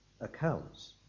accounts